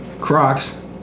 Crocs